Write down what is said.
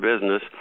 business